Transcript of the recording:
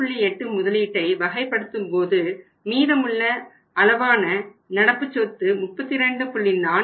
8 முதலீட்டை வகைப்படுத்தும் போது மீதமுள்ள அளவான நடப்பு சொத்து 32